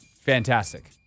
fantastic